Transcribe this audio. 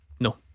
No